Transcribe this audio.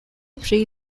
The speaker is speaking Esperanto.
pri